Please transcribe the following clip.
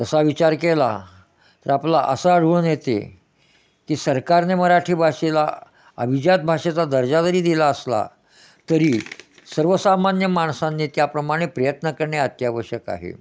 तसा विचार केला तर आपला असा आढळून येते की सरकारने मराठी भाषेला अभिजात भाषेचा दर्जा जरी दिला असला तरी सर्वसामान्य माणसांनी त्याप्रमाणे प्रयत्न करणे अत्यावश्यक आहे